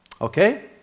okay